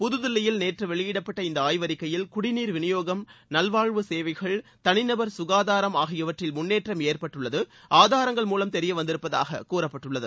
புதுதில்லியில் நேற்று வெளியிடப்பட்ட இந்த ஆய்வறிக்கையில் குடிநீர் விநியோகம் நலவாழ்வு சேவைகள் தனிநபர் சுகாதாரம் ஆகியவற்றில் முன்னேற்றம் ஏற்பட்டுள்ளது ஆதாரங்கள் மூலம் தெரியவந்திருப்பதாக கூறப்பட்டுள்ளது